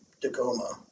Tacoma